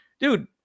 dude –